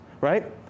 right